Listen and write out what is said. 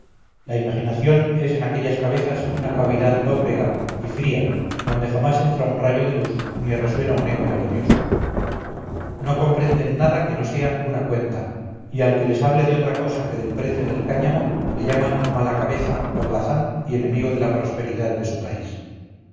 la imaginación es en aquellas cabezas una cavidad lóbrega y fría donde jamás entra un rayo de luz ni resuena un eco melodioso no comprenden nada que no sea una cuenta y al que les hable de otra cosa que del precio del cáñamo le llaman mala cabeza holgazán y enemigo de la prosperidad de su país